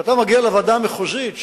כשאתה מגיע לוועדה המחוזית,